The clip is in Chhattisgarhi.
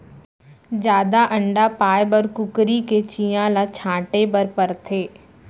जादा अंडा पाए बर कुकरी के चियां ल छांटे बर परथे